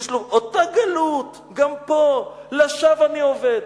יש לו: "אותה גלות גם פה / לשווא אני עובד".